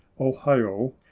Ohio